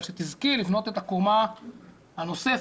אבל שתזכי לבנות את הקומה הנוספת,